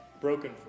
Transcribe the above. broken